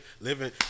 living